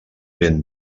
ben